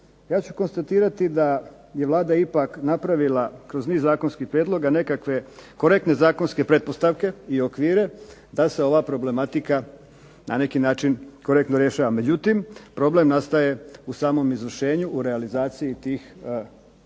ja ću konstatirati da je Vlada ipak napravila kroz niz zakonskih prijedloga nekakve korektne zakonske pretpostavke i okvire da se ova problematika na neki način korektno rješava. Međutim, problem nastaje u samom izvršenju, u realizaciji tih zakonskih